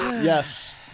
Yes